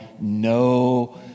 no